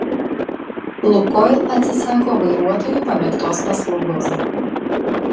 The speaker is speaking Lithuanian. lukoil atsisako vairuotojų pamėgtos paslaugos